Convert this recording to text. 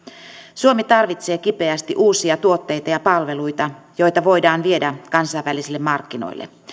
suomi tarvitsee kipeästi uusia tuotteita ja palveluita joita voidaan viedä kansainvälisille markkinoille